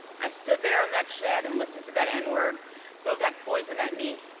i stood there in that shed and listened to that n-word throw that poison at me,